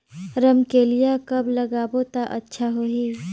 रमकेलिया कब लगाबो ता अच्छा होही?